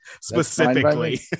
Specifically